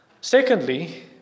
Secondly